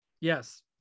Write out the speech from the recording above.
Yes